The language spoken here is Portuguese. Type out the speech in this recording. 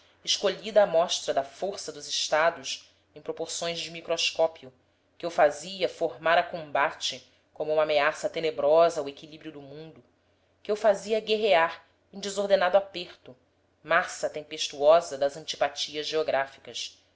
escolhida amostra da força dos estados em proporções de microscópio que eu fazia formar a combate como uma ameaça tenebrosa ao equilíbrio do mundo que eu fazia guerrear em desordenado aperto massa tempestuosa das antipatias geográficas